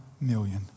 million